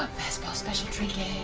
fastball special trinket.